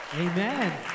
amen